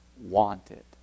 wanted